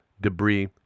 debris